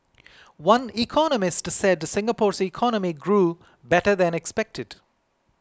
one economist said Singapore's economy grew better than expected